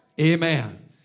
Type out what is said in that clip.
Amen